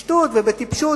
בשטות ובטיפשות,